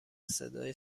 صدای